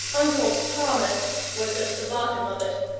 uncle thomas was at the bottom of it.